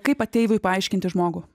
kaip ateiviui paaiškinti žmogų